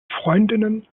freundinnen